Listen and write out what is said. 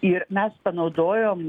ir mes panaudojom